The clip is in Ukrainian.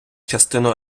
частину